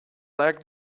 like